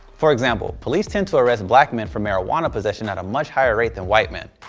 for example, police tend to arrest black men for marijuana possession at a much higher rate than white men.